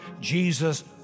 Jesus